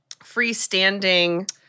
freestanding